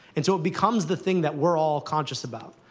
and so it becomes the thing that we're all conscious about.